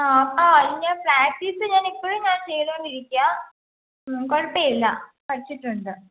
ആ ആ അത് ഞാൻ പ്രാക്ടീസ് ഞാനിപ്പഴും ഞാൻ ചെയ്തുകൊണ്ടിരിക്കുകയാ മ്മ് കുഴപ്പം ഇല്ല പഠിച്ചിട്ടുണ്ട്